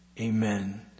amen